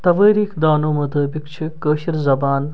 توٲریٖخ دانَو مُطٲبِق چھِ کٲشِر زبان